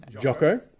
Jocko